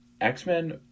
X-Men